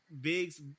bigs